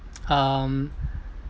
um